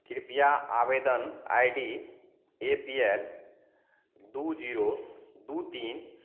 कृपया आवेदन I D A P L दू जीरो दू तीन